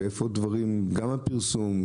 גם הפרסום,